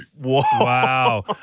Wow